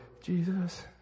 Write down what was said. Jesus